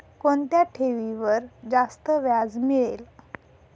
कोणत्या ठेवीवर जास्त व्याज मिळेल?